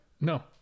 No